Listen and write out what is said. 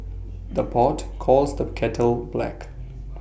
the pot calls the kettle black